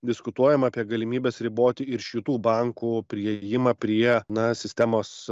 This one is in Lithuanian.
diskutuojama apie galimybes riboti ir šitų bankų priėjimą prie na sistemos